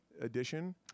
Edition